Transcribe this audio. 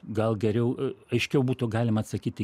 gal geriau aiškiau būtų galima atsakyti